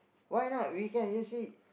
why not we can just see